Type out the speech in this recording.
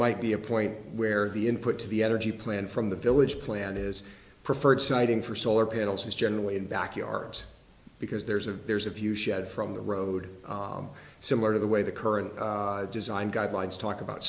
might be a point where the input to the energy plan from the village plan is preferred citing for solar panels it's generally in backyards because there's a there's a few shed from the road similar to the way the current design guidelines talk about